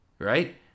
right